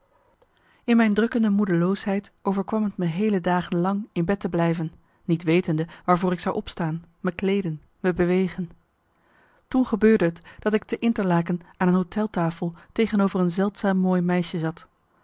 in mijn drukkende moedeloosheid overkwam t me heele dagen lang in bed te blijven niet wetende waarvoor ik zou opstaan me kleeden me bewegen toen gebeurde t dat ik te interlaken aan een hôtel tafel tegenover een zeldzaam mooi meisje zat